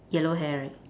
yellow hair right